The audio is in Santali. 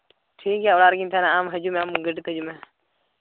ᱴᱷᱤᱠᱜᱮᱭᱟ ᱚᱲᱟᱜ ᱨᱮᱜᱤᱧ ᱛᱟᱦᱮᱸᱱᱟ ᱟᱢ ᱦᱤᱡᱩᱜ ᱢᱮ ᱟᱢ ᱜᱟᱹᱰᱤ ᱛᱮ ᱦᱤᱡᱩᱜ ᱢᱮ